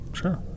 Sure